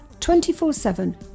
24-7